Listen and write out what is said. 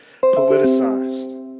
politicized